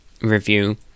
review